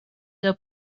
doe